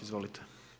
Izvolite.